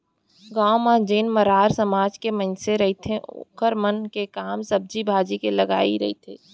गाँव म जेन मरार समाज के मनसे रहिथे ओखर मन के काम सब्जी भाजी के लगई रहिथे